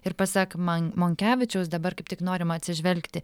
ir pasak man monkevičiaus dabar kaip tik norima atsižvelgti